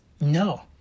No